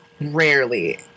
rarely